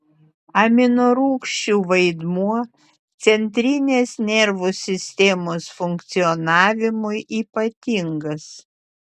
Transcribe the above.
aminorūgščių vaidmuo centrinės nervų sistemos funkcionavimui ypatingas